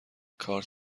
کارت